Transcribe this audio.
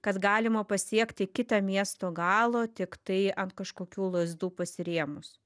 kad galima pasiekti kitą miesto galo tiktai ant kažkokių lazdų pasirėmus